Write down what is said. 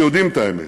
שיודעים את האמת.